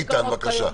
איתן, בבקשה.